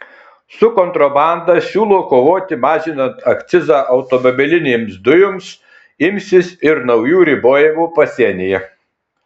su kontrabanda siūlo kovoti mažinant akcizą automobilinėms dujoms imsis ir naujų ribojimų pasienyje